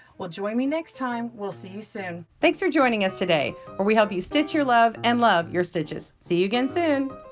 well, join me next time. we'll see you soon. thanks for joining us today, where we help you stitch your love and love your stitches. see you again soon.